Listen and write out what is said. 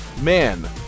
Man